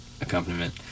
accompaniment